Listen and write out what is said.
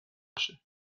میشه